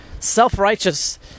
self-righteous